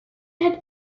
had